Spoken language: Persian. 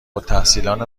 التحصیلان